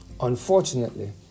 Unfortunately